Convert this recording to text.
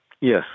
Yes